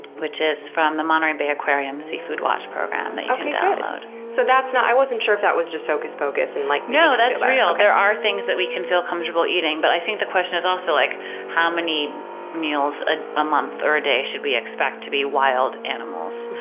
which is from the monterey bay aquarium seafood watch program that you can download. so okay, good! i wasn't sure if that was just hocus pocus. and like no, that's real. there are things that we can feel comfortable eating, but i think the question is also like how many meals ah a month or a day should we expect to be wild animals?